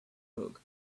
book